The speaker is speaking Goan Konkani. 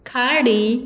खाडी